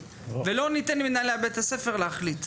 ולא ניתן למנהלי בית הספר להחליט.